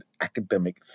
academic